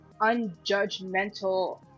unjudgmental